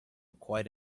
quite